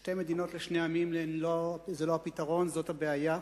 שתי מדינות לשני עמים זה לא הפתרון, זאת הבעיה,